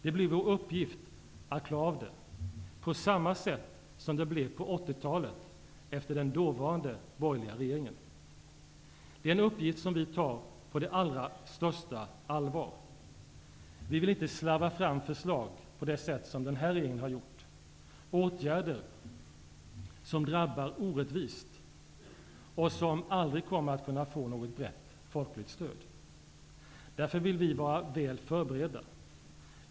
Det blir vår uppgift att klara av detta, på samma sätt som det blev på Det är en uppgift som vi tar på det allra största allvar. Vi vill inte slarva fram förslag på det sätt som den här regeringen har gjort. Den har föreslagit åtgärder som drabbar orättvist och som aldrig kommer att kunna få något brett folkligt stöd. Därför vill vi vara väl förberedda.